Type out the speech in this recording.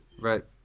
Right